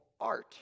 art